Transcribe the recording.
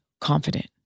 confident